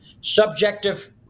subjective